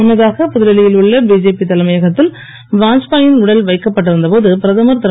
முன்னதாக புதுடெல்லியில் உள்ள பிஜேபி தலைமையகத்தில் வாத்பாயின் உடல் வைக்கப்பட்டிருந்த போது பிரதமர் திரு